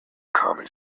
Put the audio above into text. common